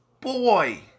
boy